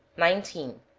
nineteen.